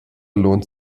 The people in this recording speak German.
lohnt